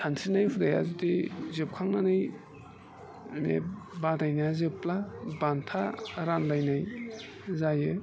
सानस्रिनाय हुदाया जुदि जोबखांनानै माने बादायनाया जोबब्ला बान्था रानलायनाय जायो